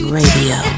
radio